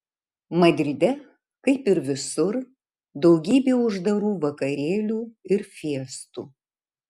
madride kaip ir visur daugybė uždarų vakarėlių ir fiestų